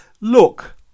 look